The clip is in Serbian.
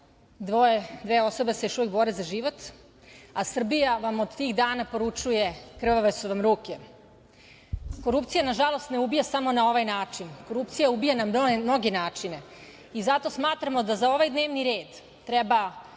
dve osobe se još uvek bore za život, a Srbija vam od tih dana poručuje „krvave su vam ruke“.Korupcija nažalost ne ubija samo na ovaj način, korupcija ubija na mnoge načine i zato smatramo da ovaj dnevni red treba